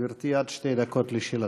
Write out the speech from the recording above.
גברתי, עד שתי דקות לשאלתך.